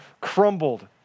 crumbled